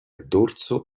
dorso